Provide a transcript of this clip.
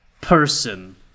person